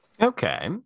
okay